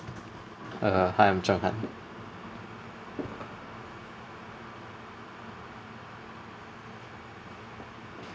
uh hi I'm chang han